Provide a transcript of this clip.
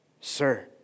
Sir